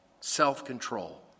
self-control